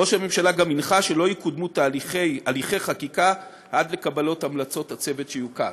ראש הממשלה גם הנחה שלא יקודמו הליכי חקיקה עד קבלת המלצות הצוות שיוקם.